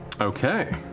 Okay